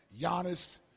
Giannis